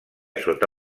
sota